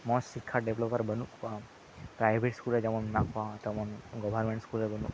ᱢᱚᱡᱽ ᱥᱤᱠᱽᱠᱷᱟ ᱰᱮᱵᱷᱞᱚᱯᱟᱨ ᱵᱟᱹᱱᱩᱜ ᱠᱚᱣᱟ ᱯᱨᱟᱭᱵᱷᱮᱴ ᱥᱠᱩᱞ ᱨᱮ ᱡᱮᱢᱚᱱ ᱢᱮᱱᱟᱜ ᱠᱚᱣᱟ ᱛᱮᱢᱚᱱ ᱜᱚᱵᱷᱚᱨᱢᱮᱱᱴ ᱥᱠᱩᱞ ᱨᱮ ᱵᱟᱹᱱᱩᱜ ᱠᱚᱣᱟ